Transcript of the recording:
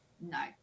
No